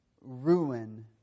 ruin